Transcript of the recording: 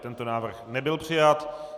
Tento návrh nebyl přijat.